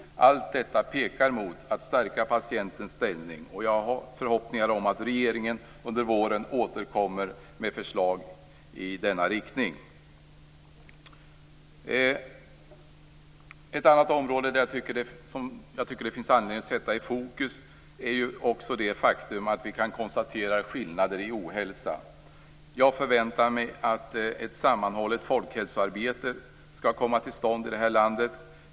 Allt detta pekar mot att stärka patientens ställning. Jag har förhoppningar om att regeringen under våren återkommer med förslag i denna riktning. Ett annat område jag tycker det finns anledning att sätta i fokus är det faktum att vi kan konstatera skillnader i ohälsa. Jag förväntar mig att ett sammanhållet folkhälsoarbete skall komma till stånd i det här landet.